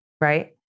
Right